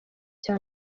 cya